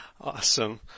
Awesome